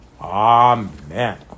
Amen